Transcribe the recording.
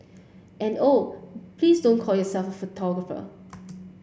and oh please don't call yourself a photographer